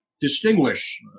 distinguish